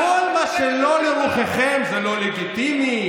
כל מה שלא לרוחכם זה לא לגיטימי,